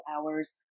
hours